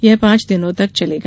यह पांच दिनों तक चलेगा